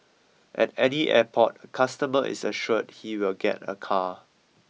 at any airport a customer is assured he will get a car